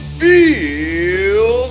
feel